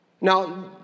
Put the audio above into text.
Now